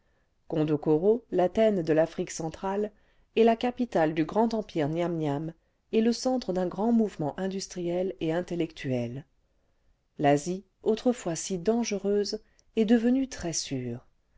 gondokoro l'athènes de l'afrique centrale est la capitale du grand empire niam niam et le centre d'un grand mouvement industriel et intellectuel l'asie autrefois si dangereuse est devenue très sûre